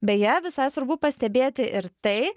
beje visai svarbu pastebėti ir tai